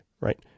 right